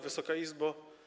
Wysoka Izbo!